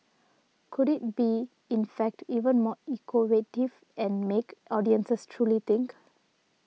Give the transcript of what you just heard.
could it be in fact even more evocative and make audiences truly think